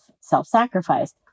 self-sacrifice